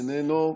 איננו.